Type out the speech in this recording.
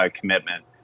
commitment